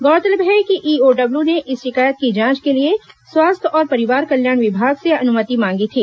गौरतलब है कि ईओडब्ल्यू ने इस शिकायत की जांच के लिए स्वास्थ्य और परिवार कल्याण विभाग से अनुमति मांगी थी